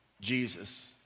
Jesus